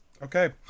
Okay